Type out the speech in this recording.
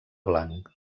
blanc